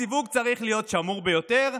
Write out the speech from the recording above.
הסיווג צריך להיות שמור ביותר,